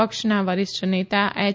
પક્ષના વરિષ્ઠ નેતા એચ